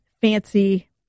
fancy